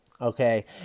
okay